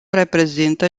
reprezintă